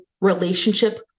relationship